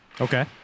Okay